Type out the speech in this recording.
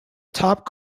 top